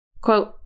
Quote